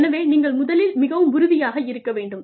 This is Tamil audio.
எனவே நீங்கள் முதலில் மிகவும் உறுதியாக இருக்க வேண்டும்